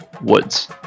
woods